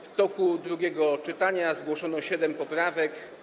W toku drugiego czytania zgłoszono siedem poprawek.